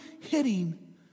hitting